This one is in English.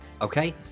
Okay